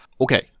Okay